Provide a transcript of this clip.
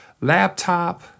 laptop